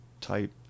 type